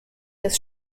des